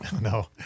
No